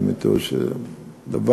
לאמיתו של דבר,